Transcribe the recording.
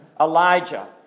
Elijah